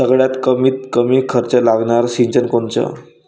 सगळ्यात कमीत कमी खर्च लागनारं सिंचन कोनचं?